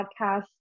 podcast